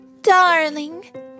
darling